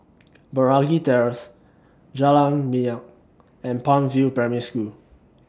Meragi Terrace Jalan Minyak and Palm View Primary School